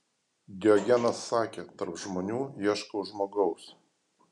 diogenas sakė tarp žmonių ieškau žmogaus